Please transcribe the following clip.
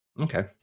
Okay